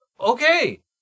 Okay